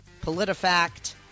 PolitiFact